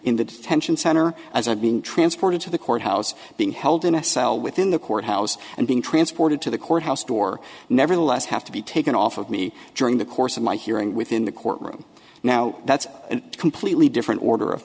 in the detention center as i've been transported to the courthouse being held in a cell within the courthouse and being transported to the courthouse door nevertheless have to be taken off of me during the course of my hearing within the courtroom now that's a completely different order of